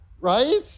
right